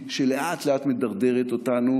שלאט-לאט מדרדרת אותנו,